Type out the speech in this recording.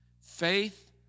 faith